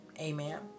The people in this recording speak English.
Amen